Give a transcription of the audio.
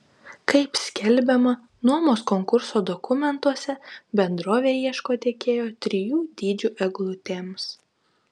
kaip skelbiama nuomos konkurso dokumentuose bendrovė ieško tiekėjo trijų dydžių eglutėms